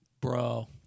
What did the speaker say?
Bro